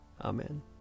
Amen